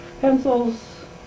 pencils